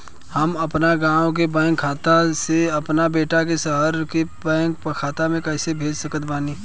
हम अपना गाँव के बैंक खाता से अपना बेटा के शहर के बैंक खाता मे पैसा कैसे भेज सकत बानी?